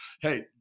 hey